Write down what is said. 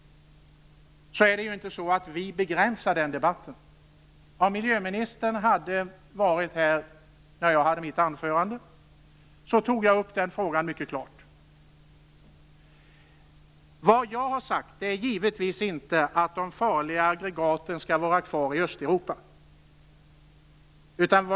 Om miljöministern hade varit här när jag höll mitt anförande skulle hon ha hört att jag tog upp den frågan mycket klart. Jag har givetvis inte sagt att de farliga aggregaten skall vara kvar i Östeuropa.